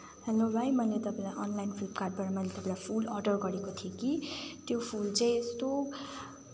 hello भाइ मैले तपाईँलाई अनलाइन फ्लिपकार्टबाट मैले तपाईँलाई फुल अर्डर गरेको थिएँ कि त्यो फुल चाहिँ यस्तो